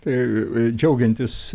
tai džiaugiantis